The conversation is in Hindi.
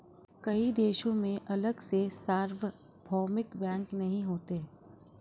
कई देशों में अलग से सार्वभौमिक बैंक नहीं होते